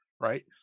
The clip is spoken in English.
right